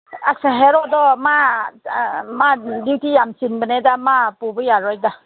ꯑꯁ ꯍꯦꯔꯣꯗꯣ ꯃꯥ ꯃꯥ ꯗ꯭ꯌꯨꯇꯤ ꯌꯥꯝ ꯆꯤꯟꯕꯅꯤꯗ ꯃꯥ ꯄꯨꯕ ꯌꯥꯔꯣꯏꯗ